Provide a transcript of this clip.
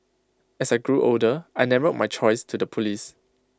as I grew older I narrowed my choice to the Police